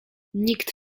nikt